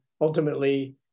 ultimately